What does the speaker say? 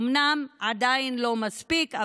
אומנם עדיין לא מספיקות,